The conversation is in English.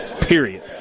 Period